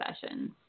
sessions